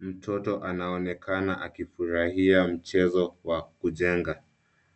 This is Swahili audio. Mtoto anaonekana akifurahia mchezo wa kujenga.